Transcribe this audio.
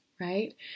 right